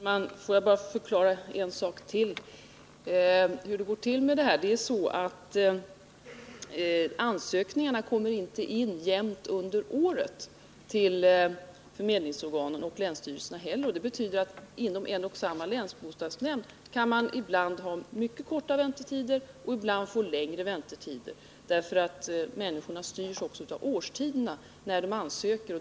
Herr talman! Får jag bara säga ytterligare en sak om hur det går till. Ansökningarna kommer inte in jämnt under året till förmedlingsorganen och länsstyrelserna, vilket betyder att man i en och samma länsbostadsnämnd ibland kan ha mycket korta väntetider och ibland längre väntetider. Människorna styrs också av årstiderna när de ansöker.